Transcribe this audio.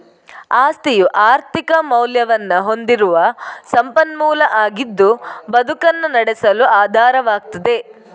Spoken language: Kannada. ಆಸ್ತಿಯು ಆರ್ಥಿಕ ಮೌಲ್ಯವನ್ನ ಹೊಂದಿರುವ ಸಂಪನ್ಮೂಲ ಆಗಿದ್ದು ಬದುಕನ್ನ ನಡೆಸಲು ಆಧಾರವಾಗ್ತದೆ